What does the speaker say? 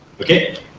Okay